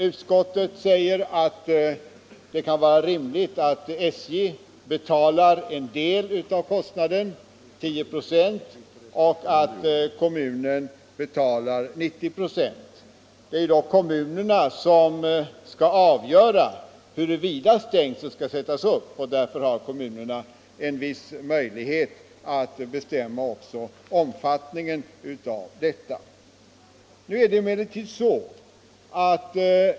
Utskottet säger att det kan vara rimligt att SJ betalar 10 96 av kostnaden och kommunen 90 &. Det är dock kommunerna som får avgöra huruvida stängsel skall sättas upp, och därför har de en viss möjlighet att bestämma omfattningen av detta.